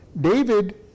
David